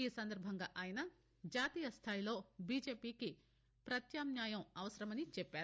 ఈ సందర్బంగా ఆయన జాతీయ స్లాయిలో బీజేపీకి పత్యామ్నాయం అవసరమని చెప్పారు